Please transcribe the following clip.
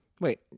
wait